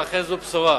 אכן, זו בשורה.